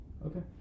Okay